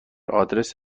آدرس